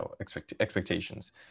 expectations